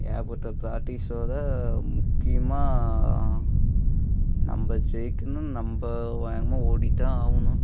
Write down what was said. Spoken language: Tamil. ஏகப்பட்ட ப்ராக்டிஸோடு முக்கியமாக நம்ம ஜெயிக்கணுனால் நம்ம வேகமாக ஓடித்தான் ஆகணும்